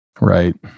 Right